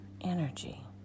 energy